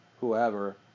whoever